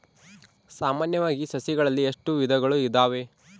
ಸಾಮಾನ್ಯವಾಗಿ ಸಸಿಗಳಲ್ಲಿ ಎಷ್ಟು ವಿಧಗಳು ಇದಾವೆ?